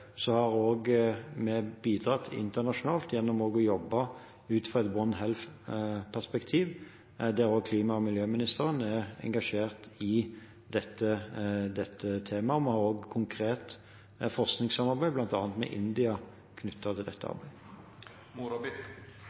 vi bidratt internasjonalt gjennom å jobbe ut fra et One Health-perspektiv, der også klima- og miljøministeren er engasjert i dette temaet. Vi har et konkret forskningssamarbeid bl.a. med India knyttet til dette arbeidet.